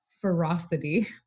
ferocity